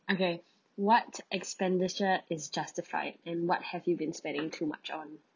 okay what expenditure is justified and what have you been spending too much on